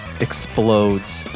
explodes